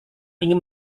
ingin